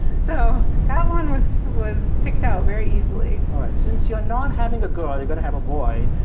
so that one was was picked out very easily all right, since you're not having a girl, you're going to have a boy,